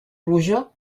pluja